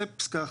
זו פסקה אחת.